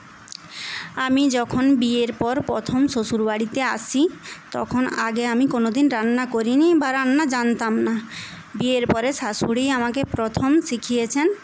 আমি যখন বিয়ের পর প্রথম শ্বশুরবাড়িতে আসি তখন আগে আমি কোনদিন রান্না করিনি বা রান্না জানতাম না বিয়ের পরে শাশুড়িই আমাকে প্রথম শিখিয়েছেন